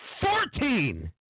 Fourteen